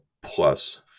plus